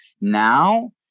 Now